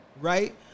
Right